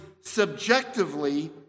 subjectively